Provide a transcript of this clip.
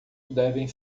devem